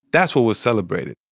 that's what was celebrated,